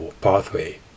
pathway